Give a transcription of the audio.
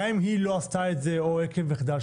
גם אם היא לא עשתה את זה או עקב מחדל.